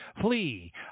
flee